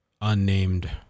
unnamed